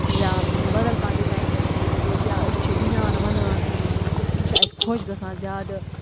یا بدل کانٛہہ ڈِزایِن تہِ ہٮ۪کو أسۍ ترٲیِتھ یا أسۍ چھِ بنیان وَنان تہٕ تِم چھِ اَسہِ خۄش گَژھان زیادٕ